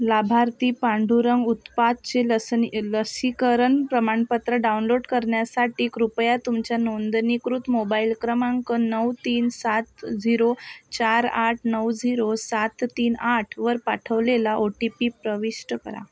लाभार्थी पांडुरंग उत्पातचे लसनी लसीकरण प्रमाणपत्र डाउनलोड करण्यासाठी कृपया तुमच्या नोंदणीकृत मोबाईल क्रमांक नऊ तीन सात झिरो चार आठ नऊ झिरो सात तीन आठवर पाठवलेला ओ टी पी प्रविष्ट करा